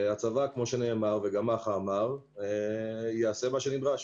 והצבא, כמו שנאמר, וגם מח"א אמר, יעשה מה שנדרש.